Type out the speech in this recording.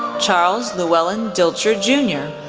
charles llewellyn dilcher jr,